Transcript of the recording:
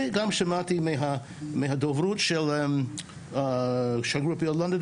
וגם שמעתי מהדוברות של השגרירות בלונדון.